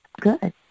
good